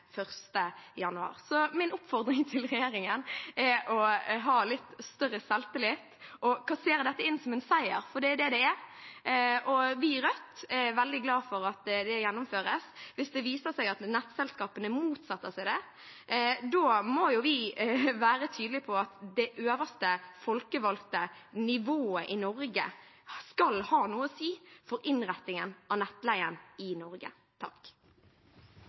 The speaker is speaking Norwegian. januar. Så min oppfordring til regjeringen er å ha litt større selvtillit og kassere dette inn som en seier, for det er det det er. Vi i Rødt er veldig glade for at dette gjennomføres. Hvis det viser seg at nettselskapene motsetter seg det, må vi være tydelige på at det øverste folkevalgte nivået i Norge skal ha noe å si for innretningen av nettleien i Norge.